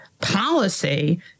policy